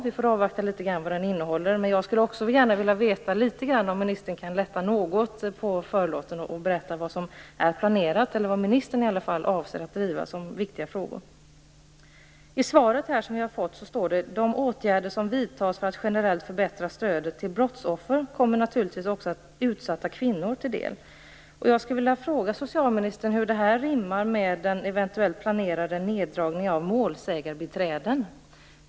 Vi får avvakta innehållet, men jag skulle vilja att ministern något lättar på förlåten och berättar vad som är planerat, i varje fall vad ministern avser att driva som viktiga frågor. I svaret står det att de åtgärder som vidtas för att generellt förbättra stödet till brottsoffer naturligtvis också kommer utsatta kvinnor till del. Jag skulle vilja fråga socialministern hur det rimmar med den eventuellt planerade neddragningen i fråga om målsägandebiträden.